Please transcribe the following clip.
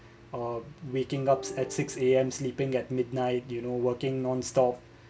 uh waking up at six A_M sleeping at midnight you know working non-stop